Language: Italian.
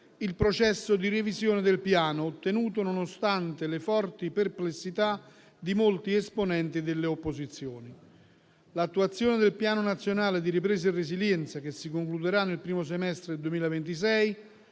il processo di revisione del Piano, ottenuto nonostante le forti perplessità di molti esponenti delle opposizioni. L'attuazione del Piano nazionale di ripresa e resilienza, che si concluderà nel primo semestre del 2026,